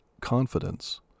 confidence